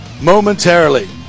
momentarily